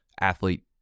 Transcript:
athlete